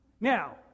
Now